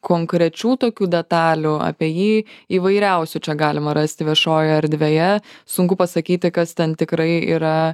konkrečių tokių detalių apie jį įvairiausių čia galima rasti viešojoj erdvėje sunku pasakyti kas ten tikrai yra